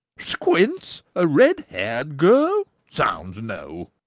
squints! a red-haired girl! zounds! no.